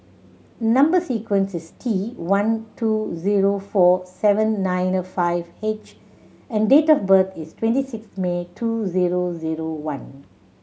number sequence is T one two zero four seven nine a five H and date of birth is twenty sixth May two zero zero one